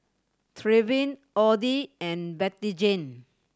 Trevin Oddie and Bettyjane